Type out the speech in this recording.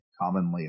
commonly